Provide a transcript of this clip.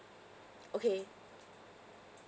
okay